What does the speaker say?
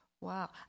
Wow